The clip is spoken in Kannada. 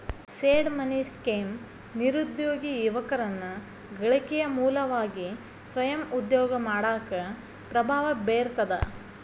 ಸೇಡ್ ಮನಿ ಸ್ಕೇಮ್ ನಿರುದ್ಯೋಗಿ ಯುವಕರನ್ನ ಗಳಿಕೆಯ ಮೂಲವಾಗಿ ಸ್ವಯಂ ಉದ್ಯೋಗ ಮಾಡಾಕ ಪ್ರಭಾವ ಬೇರ್ತದ